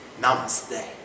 Namaste